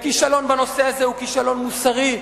כישלון בנושא הזה הוא כישלון מוסרי,